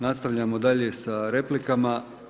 Nastavljamo dalje sa replikama.